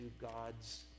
God's